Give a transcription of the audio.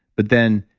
but then,